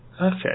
Okay